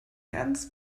ganz